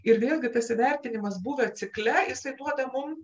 ir vėlgi tas įvertinimas būvio cikle jisai duoda mum